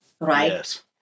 right